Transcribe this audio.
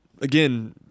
Again